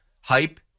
Hype